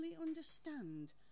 understand